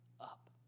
up